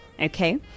okay